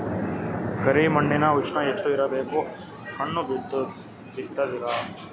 ಕರಿ ಮಣ್ಣಿನ ಉಷ್ಣ ಎಷ್ಟ ಇರಬೇಕು ಹಣ್ಣು ಬಿತ್ತಿದರ?